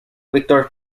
victor